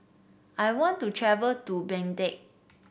I want to travel to Baghdad